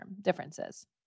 differences